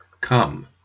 come